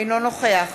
אינו נוכח